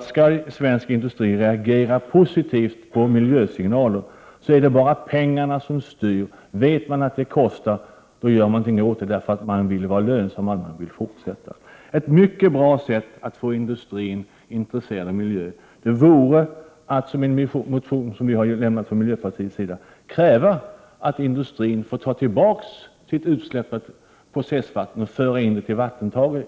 Skall svensk industri reagera positivt på miljösignaler skall man veta att det är bara pengarna som styr. Vet vederbörande att det kostar görs det någonting åt saken. Man vill att det skall vara lönsamt, så att man kan fortsätta tillverkningen. Ett mycket bra sätt att få industrin intresserad för miljön vore att, som det står i en motion från miljöpartiet, kräva att industrin får tillbaka sitt utsläppta processvatten för att föra in det i